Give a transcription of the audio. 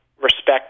respect